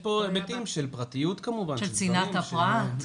היבטים של פרטיות כמובן, של צנעת הפרט.